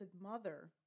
Mother